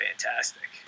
fantastic